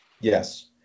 Yes